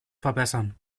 verbessern